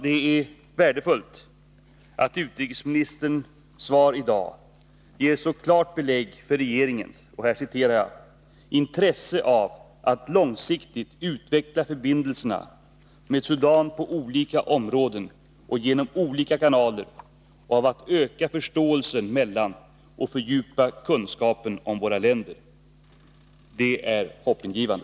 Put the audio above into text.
Det är värdefullt att utrikesministerns svar i dag ger så klart belägg för regeringens ”intresse av att långsiktigt utveckla förbindelserna med Sudan på olika områden och genom olika kanaler, och av att öka förståelsen mellan och fördjupa kunskapen om våra länder”. Det är hoppingivande.